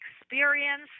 experience